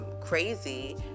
crazy